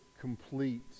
complete